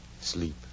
Sleep